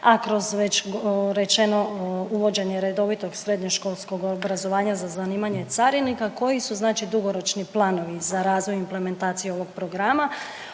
a kroz već rečeno uvođenje redovitog srednjoškolskog obrazovanja za zanimanje carinika, koji su znači dugoročni planovi za razvoj implementacije ovog programa